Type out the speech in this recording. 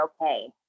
okay